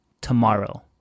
tomorrow